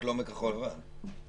רק לא מכחול לבן.